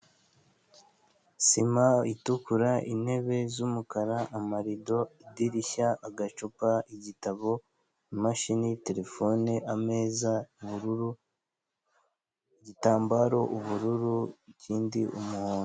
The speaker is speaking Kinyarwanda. Sima itukura, intebe z'umukara, amarido, idirishya, agacupa, igitabo, imashini, terefone, ameza ubururu, igitambaro ubururu, ikindi umuhondo.